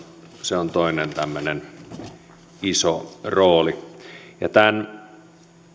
se on toinen tämmöinen iso rooli tämän